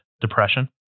depression